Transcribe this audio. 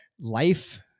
life